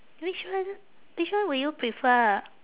which one which one would you prefer